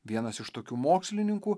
vienas iš tokių mokslininkų